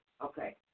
Okay